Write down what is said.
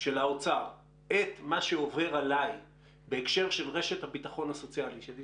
של האוצר את מה שעובר עלי בהקשר של רשת הביטחון הסוציאלי שלי,